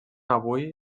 avui